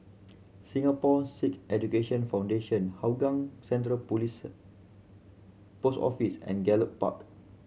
Singapore Sikh Education Foundation Hougang Central Police Post Office and Gallop Park